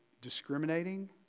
discriminating